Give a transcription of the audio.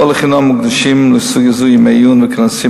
לא לחינם מוקדשים לסוגיה זו ימי עיון וכנסים